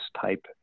type